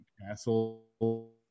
Castle